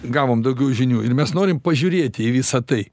gavom daugiau žinių ir mes norim pažiūrėti į visa tai